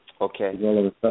Okay